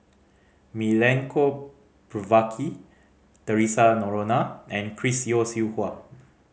Milenko Prvacki Theresa Noronha and Chris Yeo Siew Hua